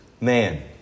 man